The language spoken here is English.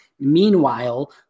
Meanwhile